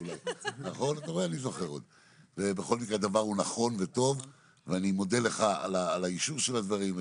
בכל מקרה הדבר הוא נכון וטוב ואני מודה לך על האישור של הדברים,